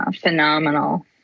phenomenal